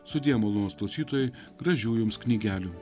sudie malonūs klausytojai gražių jums knygelių